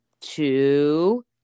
two